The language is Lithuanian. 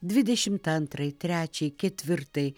dvidešimt antrai trečiai ketvirtai